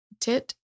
tit